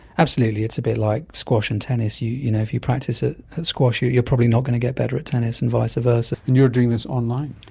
absolutely, it's a bit like squash and tennis, you you know, if you practice at squash you you are probably not going to get better at tennis and vice versa. and you are doing this online?